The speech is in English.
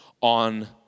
on